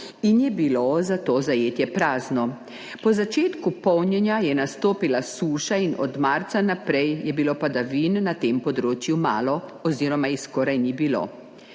in je bilo zato zajetje prazno. Po začetku polnjenja je nastopila suša in od marca naprej je bilo padavin na tem področju malo oziroma jih skoraj ni bilo.